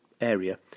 area